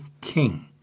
king